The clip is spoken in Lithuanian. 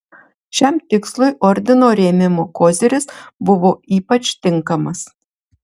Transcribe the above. šiam tikslui ordino rėmimo koziris buvo ypač tinkamas